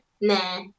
Nah